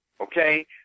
okay